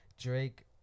Drake